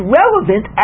relevant